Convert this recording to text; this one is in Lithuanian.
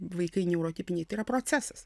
vaikai neurotipiniai tai yra procesas